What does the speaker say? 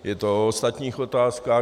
Je to o ostatních otázkách.